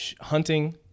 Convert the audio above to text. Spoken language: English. hunting